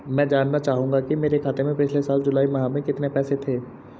मैं जानना चाहूंगा कि मेरे खाते में पिछले साल जुलाई माह में कितने पैसे थे?